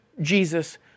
Jesus